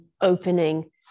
opening